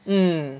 mm